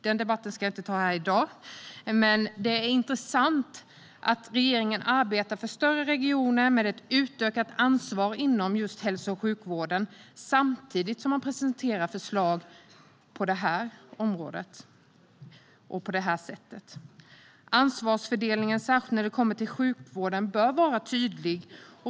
Den debatten ska jag inte ta här i dag, men det är intressant att regeringen arbetar för större regioner med ett utökat ansvar inom just hälso och sjukvården samtidigt som man presenterar förslag på det här området och på det här sättet. Ansvarsfördelning bör, särskilt när det kommer till sjukvården, vara tydlig.